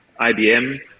IBM